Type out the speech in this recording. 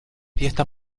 fiesta